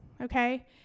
okay